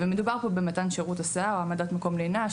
מדובר כאן במתן שירות הסעה או העמדת מקום לינה,